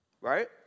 Right